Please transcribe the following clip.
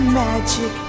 magic